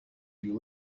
you